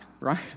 right